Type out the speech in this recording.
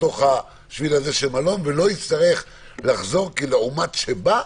לשביל של מלון ולא יצטרך לחזור כלעומת שבא.